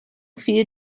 viel